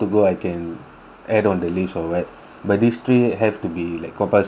add on the list or what but these three have to be like compulsory I have to do